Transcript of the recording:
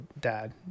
dad